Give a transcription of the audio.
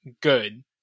good